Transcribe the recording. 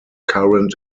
current